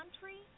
country